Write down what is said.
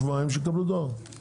שיקבלו דואר פעם בשבועיים.